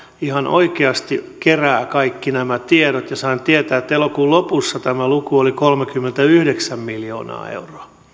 ihan oikeasti kerää kaikki nämä tiedot ja sain tietää että elokuun lopussa tämä luku oli kolmekymmentäyhdeksän miljoonaa euroa